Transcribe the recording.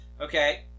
Okay